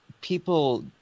people